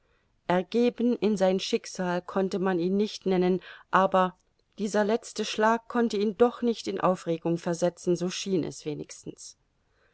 ergeben in sein schicksal konnte man ihn nicht nennen aber dieser letzte schlag konnte ihn doch nicht in aufregung versetzen so schien es wenigstens